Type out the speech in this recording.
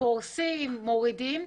פורסים או מורידים,